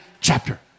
chapter